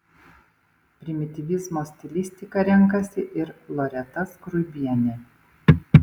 primityvizmo stilistiką renkasi ir loreta skruibienė